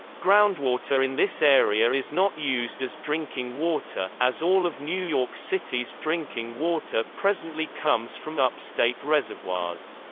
groundwater in this area is not used as drinking water, as all of new york city's drinking water presently comes from upstate reservoirs.